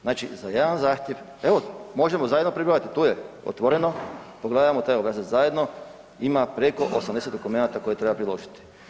Znači za jedan zahtjev, evo, možemo zajedno prebrojati, tu je otvoreno, pogledajmo taj obrazac zajedno, ima preko 80 dokumenata koje treba priložiti.